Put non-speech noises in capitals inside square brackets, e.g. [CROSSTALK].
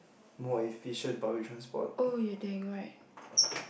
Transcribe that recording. more efficient public transport [BREATH]